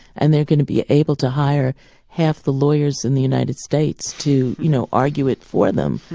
and they're going to be able to hire half the lawyers in the united states to, you know, argue it for them,